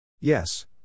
Yes